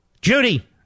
Judy